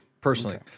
Personally